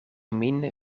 min